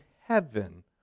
heaven